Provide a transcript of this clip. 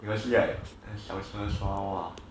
you got see like 很小只小娃娃